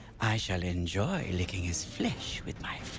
i shall enjoy licking his flesh with my